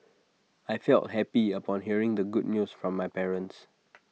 I felt happy upon hearing the good news from my parents